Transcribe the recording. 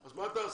אז מה תעשה?